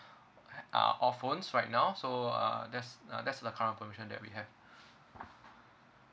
uh all phones right now so uh that's uh that's the current promotion that we have